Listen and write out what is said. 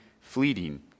fleeting